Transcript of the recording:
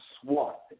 SWAT